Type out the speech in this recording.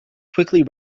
quickly